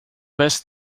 best